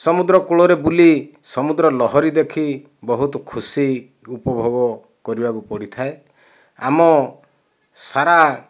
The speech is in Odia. ସମୁଦ୍ର କୂଳରେ ବୁଲି ସମୁଦ୍ର ଲହରୀ ଦେଖି ବହୁତ ଖୁସି ଉପଭୋଗ କରିବାକୁ ପଡ଼ିଥାଏ ଆମ ସାରା